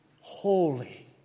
holy